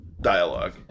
dialogue